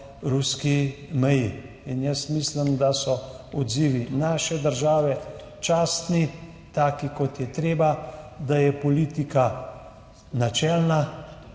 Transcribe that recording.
meji. Mislim, da so odzivi naše države častni, taki, kot je treba, da je politika načelna,